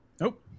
Nope